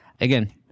Again